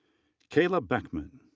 kayla bechman.